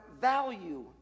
value